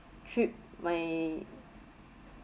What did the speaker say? trip my